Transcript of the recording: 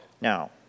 Now